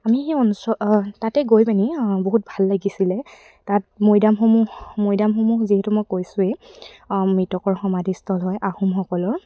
আমি সেই অঞ্চ তাতে গৈ পিনি বহুত ভাল লাগিছিলে তাত মৈদামসমূহ মৈদামসমূহ যিহেতু মই কৈছোৱেই মৃতকৰ সমাধিস্থল হয় আহোমসকলৰ